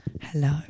Hello